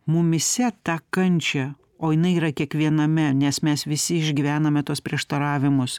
mumyse tą kančią o jinai yra kiekviename nes mes visi išgyvename tuos prieštaravimus